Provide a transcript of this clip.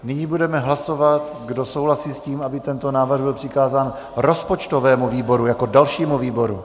Nyní budeme hlasovat, kdo souhlasí s tím, aby tento návrh byl přikázán rozpočtovému výboru jako dalšímu výboru.